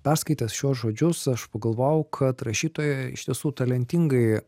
perskaitęs šiuos žodžius aš pagalvojau kad rašytoja iš tiesų talentingai